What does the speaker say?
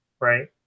right